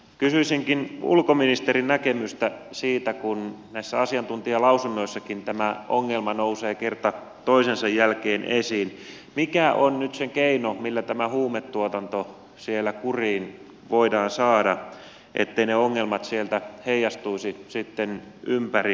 kysyisinkin ulkoministerin näkemystä siitä kun näissä asiantuntijalausunnoissakin tämä ongelma nousee kerta toisensa jälkeen esiin mikä on nyt se keino millä tämä huumetuotanto siellä kuriin voidaan saada etteivät ne ongelmat sieltä heijastuisi sitten ympäri maailmaa